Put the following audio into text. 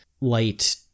light